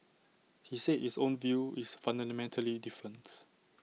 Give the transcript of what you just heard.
he said his own view is fundamentally different